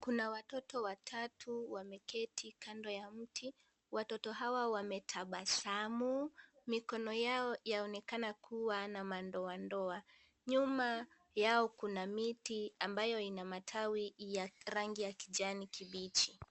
Kuna watoto watatu wameketi kando ya mti. Watoto hawa wametabasamu mikono yao yaonekana kuwa na mandoandoa. Nyuma yao kuna miti ambayo iko na matawi ya rangi ya kijani kibichi.